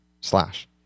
slash